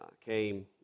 came